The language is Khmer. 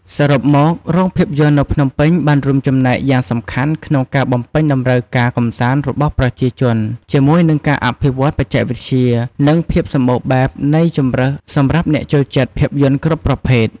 សរុបមក រោងភាពយន្តនៅភ្នំពេញបានរួមចំណែកយ៉ាងសំខាន់ក្នុងការបំពេញតម្រូវការកម្សាន្តរបស់ប្រជាជន ជាមួយនឹងការអភិវឌ្ឍបច្ចេកវិទ្យា និងភាពសម្បូរបែបនៃជម្រើសសម្រាប់អ្នកចូលចិត្តភាពយន្តគ្រប់ប្រភេទ។